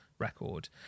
record